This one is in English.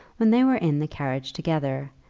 when they were in the carriage together,